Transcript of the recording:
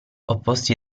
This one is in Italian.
opposti